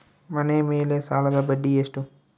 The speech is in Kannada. ಮನೆ ಮೇಲೆ ಸಾಲದ ಬಡ್ಡಿ ಎಷ್ಟು?